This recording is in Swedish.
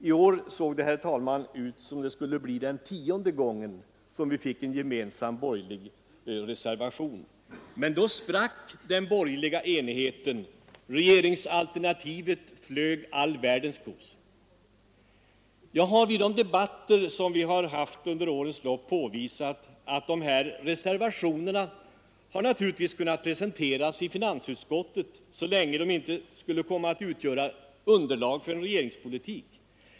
I år såg det, herr talman, ut som om det skulle bli den tionde gången vi fick en gemensam borgerlig reservation. Men då sprack den borgerliga enigheten! Regeringsalternativet flög sin kos! Jag har vid de debatter som vi fört under årens lopp påvisat att dessa reservationer naturligtvis har kunnat presenteras i finansutskottet så länge de inte skulle komma att utgöra underlag för en regeringspolitik.